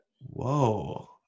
Whoa